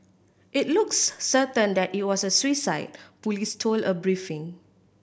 it looks certain that it was a suicide police told a briefing